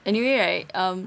anyway right um